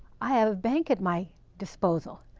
i have a bank at my disposal.